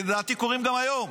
לדעתי קורים גם היום,